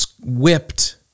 whipped